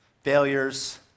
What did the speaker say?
failures